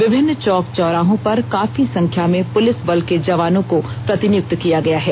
विभिन्न चौक चौराहों पर काफी संख्या में पुलिस बल के जवानों को प्रतिनियुक्त किया गया है